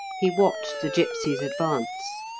he watched the gipsies advance.